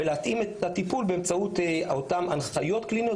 ולהתאים את הטיפול באמצעות אותם הנחיות קליניות,